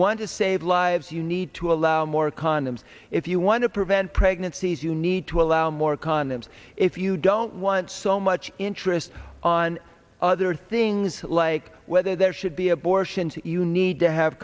want to save lives you need to allow more condoms if you want to prevent pregnancies you need to allow more condoms if you don't want so much interest on other things like whether there should be abortions you need to have